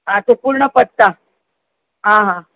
हा तो पूर्ण पत्ता हां हां